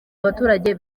abaturage